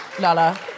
Lala